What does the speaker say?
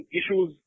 issues